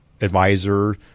advisor